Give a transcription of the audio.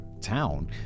town